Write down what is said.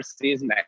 season